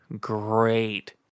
great